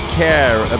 care